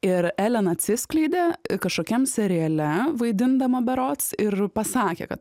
ir elen atsiskleidė kažkokiam seriale vaidindama berods ir pasakė kad